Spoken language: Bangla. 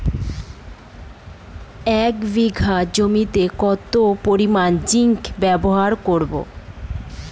এক বিঘা জমিতে কত পরিমান জিংক ব্যবহার করব?